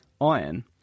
iron